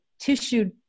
tissue